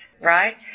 right